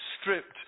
stripped